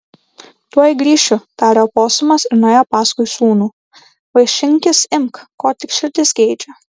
tuoj grįšiu tarė oposumas ir nuėjo paskui sūnų vaišinkis imk ko tik širdis geidžia